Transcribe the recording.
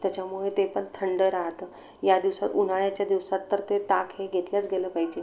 त्याच्यामुळे ते पण थंड राहतं या दिवसात उन्हाळ्याच्या दिवसात तर ते ताक हे घेतल्याच गेलं पाहिजे